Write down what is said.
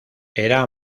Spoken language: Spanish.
era